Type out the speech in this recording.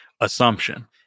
assumption